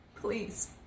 please